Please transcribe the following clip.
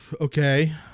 Okay